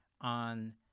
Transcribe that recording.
on